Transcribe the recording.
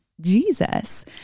Jesus